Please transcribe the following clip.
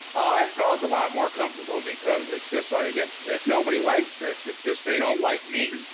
i felt a lot more comfortable, because it's just like, if if nobody likes this, it's just they don't like me.